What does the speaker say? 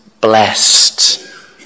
blessed